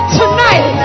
tonight